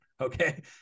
okay